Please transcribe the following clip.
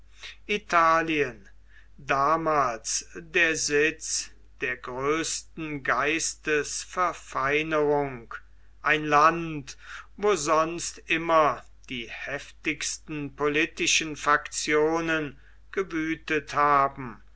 italien damals der sitz der größten geistesverfeinerung ein land wo sonst immer die heftigsten politischen faktionen gewüthet haben